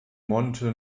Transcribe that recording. monte